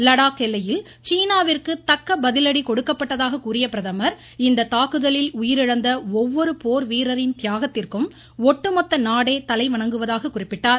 லடாக் எல்லையில் சீனாவிற்கு தக்க பதிலடி கொடுக்கப்பட்டதாக கூறிய பிரதமர் இந்த தாக்குதலில் உயிரிழந்த ஒவ்வொரு போர் வீரரின் தியாகத்திற்கும் ஒட்டுமொத்த நாடே தலைவணங்குவதாக குறிப்பிட்டார்